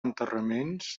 enterraments